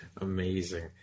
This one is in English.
Amazing